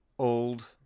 Old